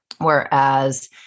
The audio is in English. Whereas